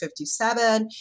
57